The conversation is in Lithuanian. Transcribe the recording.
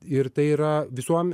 ir tai yra visuom